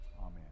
Amen